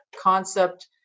concept